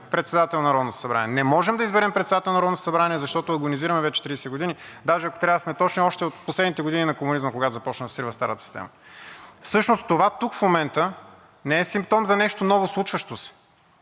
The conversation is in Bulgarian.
председател на Народното събрание. Не можем да изберем председател на Народното събрание, защото агонизираме вече 30 години, даже ако трябва да сме точни, още от последните години на комунизма, когато започна сривът в старата система. Всъщност това тук в момента не е симптом за нещо ново случващо се,